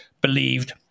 believed